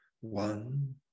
one